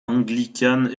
anglicane